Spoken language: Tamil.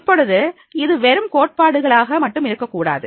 இப்பொழுது இது வெறும் கோட்பாடுகளாக மட்டும் இருக்கக்கூடாது